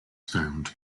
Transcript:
found